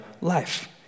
life